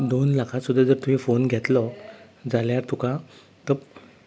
दोन लाखान सुद्दां जर तुवें फोन घेतलो जाल्यार तुका तो